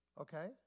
okay